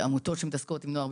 עמותות שמתעסקות עם נוער בסיכון,